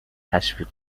تشویق